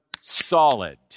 solid